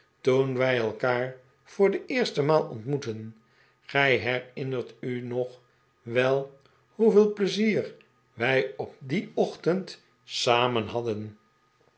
toen wij elkaar voor de eerste maal ontmoetten gij herinnert u nog wel hoeveel pleizier wij op dien ochtend samen hadden